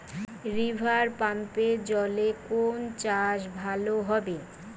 রিভারপাম্পের জলে কোন চাষ ভালো হবে?